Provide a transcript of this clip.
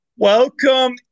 Welcome